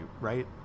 right